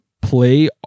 play